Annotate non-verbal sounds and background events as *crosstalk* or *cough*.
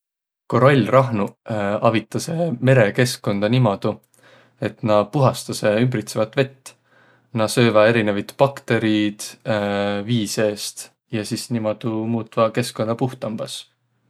Korallrahnuq avitasõq merekeskkonda niimuudu, et na puhastasõq ümbritsevä vett. Na sööväq erinevit baktõriid *hesitation* vii seest ja sis niimuudu muutvaq keskkunna puhtambas.